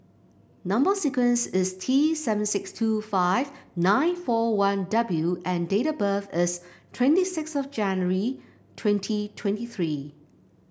number sequence is T seven six two five nine four one W and date of birth is twenty six of January twenty twenty three